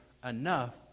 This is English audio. Enough